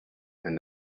and